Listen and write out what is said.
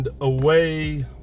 away